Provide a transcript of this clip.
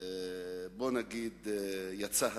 והצדק יצא לאור.